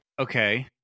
Okay